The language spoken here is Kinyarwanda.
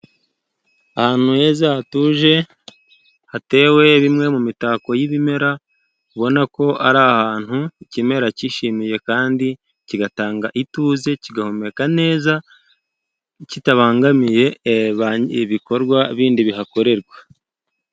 Ahantu heza hatuje, hatewe bimwe mu mitako y'ibimera ubona ko ari ahantu ikimera cyishimiye, kandi kigatanga ituze, kigahumeka neza kitabangamiye ibikorwa bindi bihakorerwa.